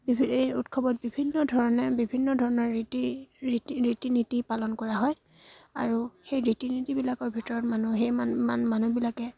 বিভি এই উৎসৱত বিভিন্ন ধৰণে বিভিন্ন ধৰণৰ ৰীতি ৰীতি ৰীতি নীতি পালন কৰা হয় আৰু সেই ৰীতি নীতিবিলাকৰ ভিতৰত মানুহ সেই মান মানুহবিলাকে